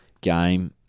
game